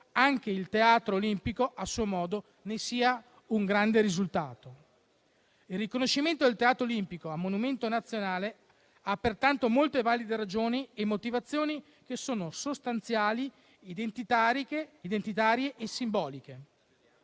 anche il Teatro Olimpico a suo modo è un grande risultato. Il riconoscimento del Teatro Olimpico a monumento nazionale ha pertanto molte valide ragioni e motivazioni, che sono sostanziali, identitarie e simboliche.